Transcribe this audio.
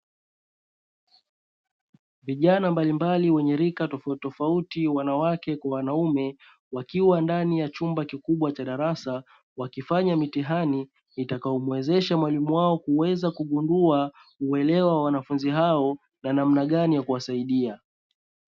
Vijana mbalimbali wenye rika tofautitofauti wanawake kwa wanaume wakiwa ndani ya chumba kikubwa cha darasa, wakifanya mitihani itakayo muwezesha mwalimu wao kuweza kugundua uelewa wa wanafunzi hao, ya namna gani ya kuwasaidia.